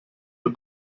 der